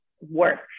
work